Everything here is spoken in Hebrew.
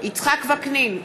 יצחק וקנין,